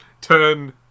turn